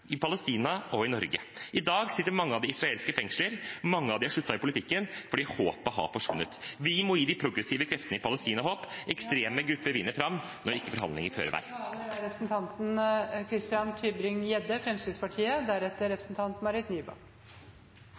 i Palestina og i Norge. I dag sitter mange av dem i israelske fengsler, og mange av dem har sluttet i politikken fordi håpet har forsvunnet. Vi må gi de progressive kreftene i Palestina håp. Ekstreme grupper vinner fram når ikke forhandlinger fører noen vei.